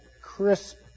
crisp